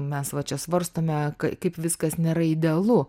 mes va čia svarstome kaip viskas nėra idealu